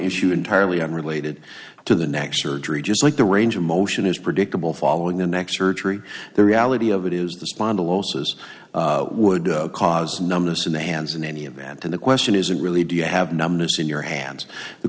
issue entirely unrelated to the next surgery just like the range of motion is predictable following the next surgery the reality of it is the spondylosis would cause numbness in the hands in any event and the question isn't really do you have numbness in your hands the